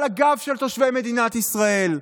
על הגב של תושבי מדינת ישראל.